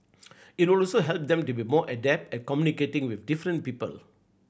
it would also help them to be more adept at communicating with different people